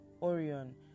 Orion